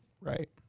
right